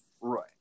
Right